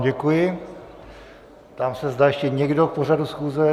Děkuji vám, ptám se, zda ještě někdo k pořadu schůze.